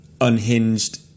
unhinged